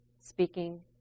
speaking